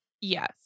Yes